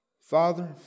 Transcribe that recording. Father